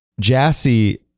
Jassy